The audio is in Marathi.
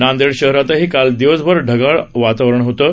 नांदेड शहरातही काल दिवसभर ढगाळ वातावरण होतं